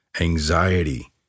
anxiety